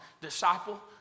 disciple